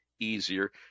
easier